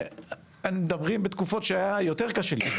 מדברים בתקופות שהיה יותר קשה.